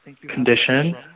condition